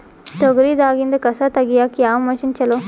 ತೊಗರಿ ದಾಗಿಂದ ಕಸಾ ತಗಿಯಕ ಯಾವ ಮಷಿನ್ ಚಲೋ?